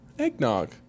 Eggnog